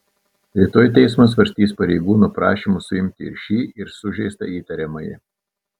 rytoj teismas svarstys pareigūnų prašymus suimti ir šį ir sužeistą įtariamąjį